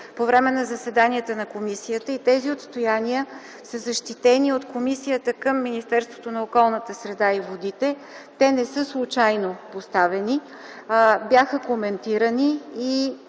по време на заседанията на комисията. Тези отстояния са защитени от комисията към Министерството на околната среда и водите. Те не са случайно поставени. Бяха коментирани.